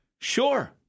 sure